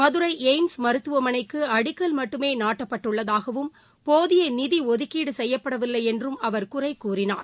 Madurai AIIMS மருத்துவமனைக்கு அடிக்கல் மட்டுமே நாட்டப்பட்டுள்ளதாகவும் போதிய நிதி ஒதுக்கீடு செய்யப்படவில்லை என்றம் அவர் குறை கூறினார்